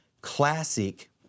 Classic